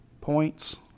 points